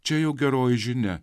čia jau geroji žinia